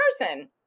person